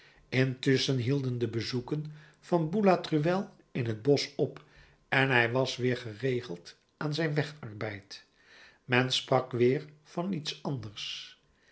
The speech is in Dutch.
intusschen hielden de bezoeken van boulatruelle in het bosch op en hij was weer geregeld aan zijn wegarbeid men sprak weer van iets anders